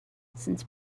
since